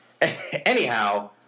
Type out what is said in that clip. Anyhow